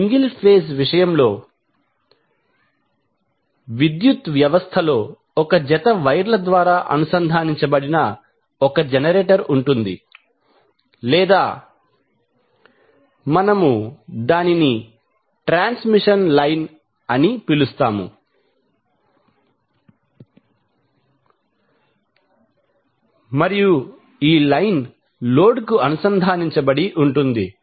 కాబట్టి single phase విషయంలో విద్యుత్ వ్యవస్థలో ఒక జత వైర్ ల ద్వారా అనుసంధానించబడిన 1 జనరేటర్ ఉంటుంది లేదా మనము దానిని ట్రాన్స్మిషన్ లైన్ అని పిలుస్తాము మరియు ఈ లైన్ లోడ్ కు అనుసంధానించబడి ఉంటుంది